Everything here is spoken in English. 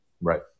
Right